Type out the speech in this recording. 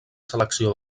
selecció